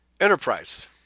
enterprise